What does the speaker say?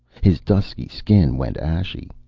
his dusky skin went ashy.